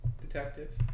Detective